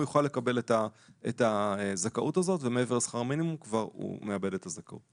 הוא יוכל לקבל את הזכאות הזאת ומבער לשכר מינימום הוא מאבד את הזכאות.